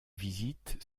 visites